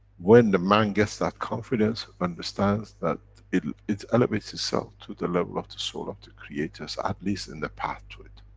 when the man gets that confidence, understands that, it it elevates itself, to the level of the soul of the creators, at least in the path to it.